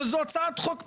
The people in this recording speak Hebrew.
אבל זו הצעת חוק פרטית.